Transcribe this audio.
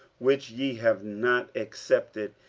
which ye have not accepted,